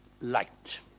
light